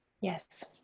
Yes